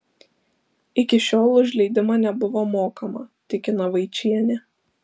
iki šiol už leidimą nebuvo mokama tikina vaičienė